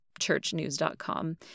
churchnews.com